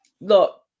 look